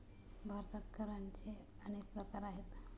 भारतात करांचे अनेक प्रकार आहेत